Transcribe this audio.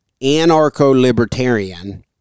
anarcho-libertarian